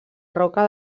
roca